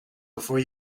before